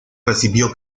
recibió